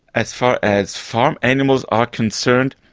as far as farm animals are concerned,